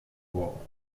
wall